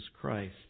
Christ